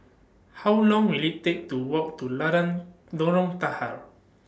How Long Will IT Take to Walk to Lorong Tahar